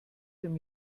dem